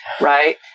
Right